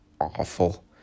awful